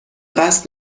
قصد